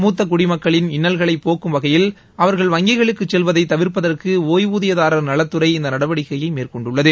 மூத்த குடிமக்களின் இன்னல்களைப் போக்கும் வகையில் அவர்கள் வங்கிகளுக்கு செல்வதை தவிாப்பதற்கு ஒய்வூதியதாரா் நலத்துறை இந்த நடவடிக்கையை மேற்கொண்டுள்ளது